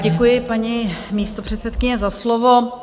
Děkuji, paní místopředsedkyně, za slovo.